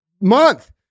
month